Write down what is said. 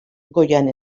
goian